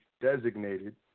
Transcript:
designated